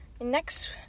Next